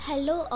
Hello